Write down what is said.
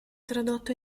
tradotto